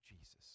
Jesus